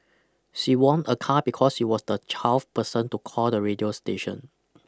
she won a car because she was the twelfth person to call the radio station